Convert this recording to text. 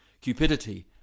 cupidity